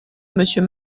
monsieur